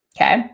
Okay